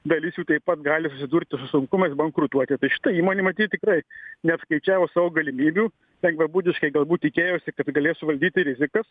dalis jų taip pat gali susidurti su sunkumais bankrutuoti tai šita įmonė matyt tikrai neapskaičiavo savo galimybių lengvabūdiškai galbūt tikėjosi kad galės suvaldyti rizikas